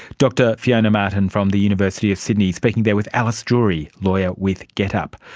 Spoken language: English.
dr fiona martin from the university of sydney, speaking there with alice drury, lawyer with get-up.